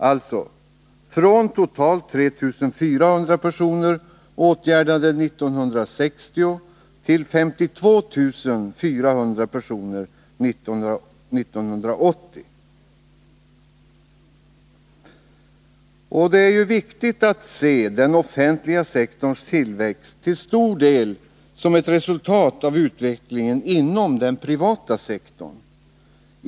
Alltså: Utvecklingen har gått från totalt 3 400 personer åtgärdade 1960 till 52 400 personer 1980. Det är viktigt att se den offentliga sektorns tillväxt till stor del som ett resultat av utvecklingen inom den privata sektorn.